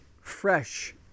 fresh